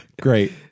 Great